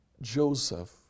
Joseph